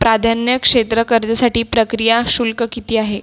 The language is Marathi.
प्राधान्य क्षेत्र कर्जसाठी प्रक्रिया शुल्क किती आहे